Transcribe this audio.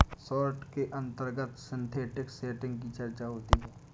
short के अंतर्गत synthetic setting की चर्चा होती है